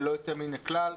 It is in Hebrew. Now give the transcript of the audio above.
ללא יוצא מן הכלל,